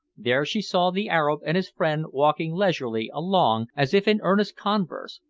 there she saw the arab and his friend walking leisurely along as if in earnest converse,